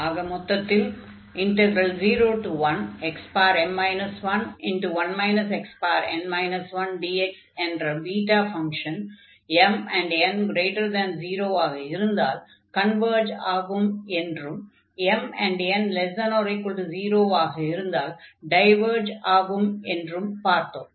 ஆக மொத்தத்தில் 01xm 11 xn 1dx என்ற பீட்டா ஃபங்ஷன் mn0 ஆக இருந்தால் கன்வர்ஜ் ஆகும் என்றும் mn≤0 ஆக இருந்தால் டைவர்ஜ் ஆகும் என்றும் பார்த்தோம்